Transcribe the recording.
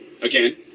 Again